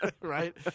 Right